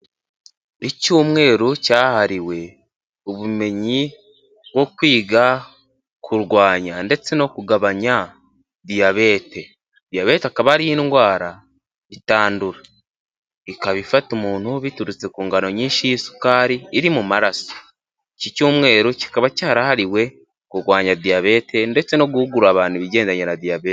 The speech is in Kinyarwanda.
Icyumweru cyahariwe ubumenyi nko kwiga kurwanya ndetse no kugabanya diyabete, diyabete akaba ari indwara itandura, ikaba ifata umuntu biturutse ku ngano nyinshi y'isukari iri mu maraso, iki cyumweru kikaba cyarahariwe kurwanya diyabete ndetse no guhugura abantu ibigendanye na diyabete.